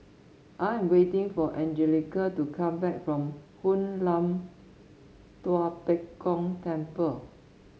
I am waiting for Angelica to come back from Hoon Lam Tua Pek Kong Temple